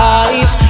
eyes